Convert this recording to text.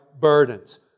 burdens